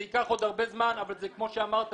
זה ייקח עוד הרבה זמן אבל כמו שאמרת